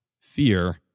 fear